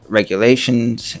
regulations